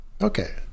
Okay